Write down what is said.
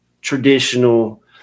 traditional